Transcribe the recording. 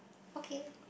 okay